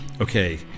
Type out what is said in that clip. Okay